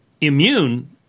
immune